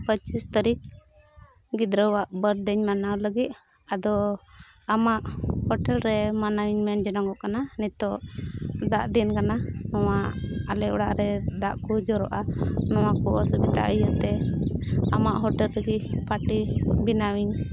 ᱯᱚᱸᱪᱤᱥ ᱛᱟᱹᱨᱤᱠᱷ ᱜᱤᱫᱽᱨᱟᱹᱣᱟᱜ ᱵᱟᱨᱛᱷᱰᱮᱧ ᱢᱟᱱᱟᱣ ᱞᱟᱹᱜᱤᱫ ᱟᱫᱚ ᱟᱢᱟᱜ ᱦᱳᱴᱮᱞ ᱨᱮ ᱢᱟᱱᱟᱣᱤᱧ ᱢᱮᱱ ᱡᱚᱝ ᱠᱟᱱᱟ ᱱᱤᱛᱚᱜ ᱫᱟᱜ ᱫᱤᱱ ᱠᱟᱱᱟ ᱱᱚᱣᱟ ᱵᱚᱞᱮ ᱚᱲᱟᱜ ᱨᱮ ᱫᱟᱜ ᱠᱚ ᱡᱚᱨᱚᱜᱼᱟ ᱱᱚᱣᱟ ᱠᱚ ᱚᱥᱩᱵᱤᱫᱷᱟ ᱤᱭᱟᱹᱛᱮ ᱟᱢᱟᱜ ᱦᱳᱴᱮᱞ ᱨᱮᱜᱮ ᱯᱟᱨᱴᱤ ᱵᱮᱱᱟᱣᱤᱧ